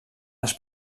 els